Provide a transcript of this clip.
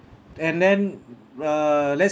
and then err let's